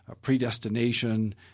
predestination